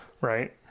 Right